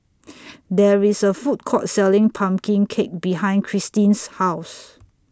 There IS A Food Court Selling Pumpkin Cake behind Christeen's House